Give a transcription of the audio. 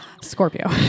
Scorpio